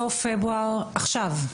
סוף פברואר, עכשיו?